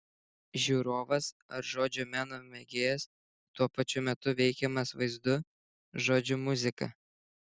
žiūrovas ar žodžio meno mėgėjas tuo pačiu metu veikiamas vaizdu žodžiu muzika